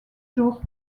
jours